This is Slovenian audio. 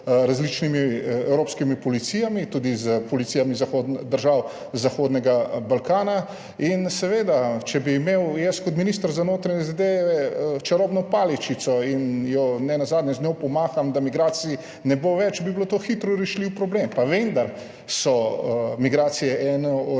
različnimi evropskimi policijami, tudi s policijami držav Zahodnega Balkana. Če bi imel jaz kot minister za notranje zadeve čarobno paličico in z njo pomaham, da migracij ne bo več, bi bil to hitro rešljiv problem. Pa vendar so migracije eno